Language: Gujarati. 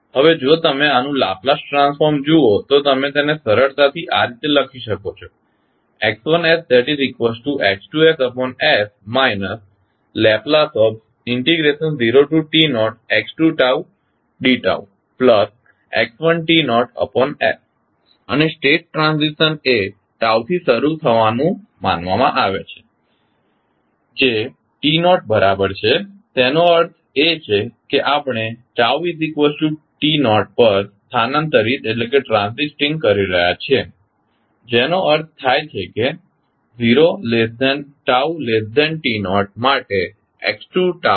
હવે જો તમે આનું લાપ્લાસ ટ્રાન્સફોર્મ જુઓ તો તમે તેને સરળતાથી આ રીતે લખી શકો છો X1sX2s L0t0x2dτx1t0s અને સ્ટેટ ટ્રાન્ઝિશન એ ટાઉ τ થી શરૂ થવાનું માનવામાં આવે છે જે t0 બરાબર છે તેનો અર્થ એ કે આપણે τt0પર સ્થાનાંતરિત ટ્રાન્ઝિસ્ટીંગ કરી રહ્યાં છીએ જેનો અર્થ થાય છે કે0τt0 માટે x 20